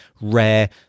rare